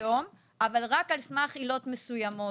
אבל רק על סמך עילות מסוימות.